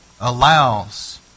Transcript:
allows